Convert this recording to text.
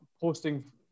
posting